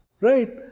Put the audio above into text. Right